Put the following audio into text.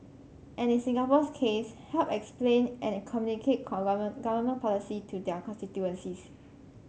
and in Singapore's case help explain and communicate government policy to their constituencies